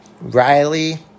Riley